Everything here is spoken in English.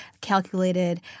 calculated